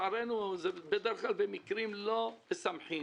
ולצערנו בדרך כלל זה במקרים לא משמחים,